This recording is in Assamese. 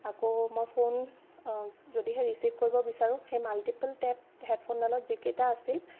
আকৌ মই ফোন যদিহে ৰিচিভ কৰিব বিচাৰোঁ সেই মাল্টিপল টেপ হেডফোনডালত যিকেইটা আছিল